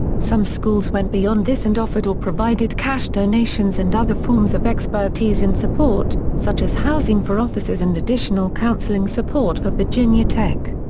some schools went beyond this and offered or provided cash donations and other forms of expertise and support, such as housing for officers and additional counseling support for virginia tech.